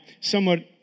somewhat